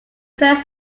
press